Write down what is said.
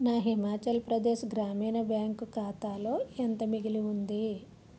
నా హిమాచల్ప్రదేశ్ గ్రామీణ బ్యాంక్ ఖాతాలో ఎంత మిగిలి ఉంది